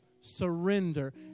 surrender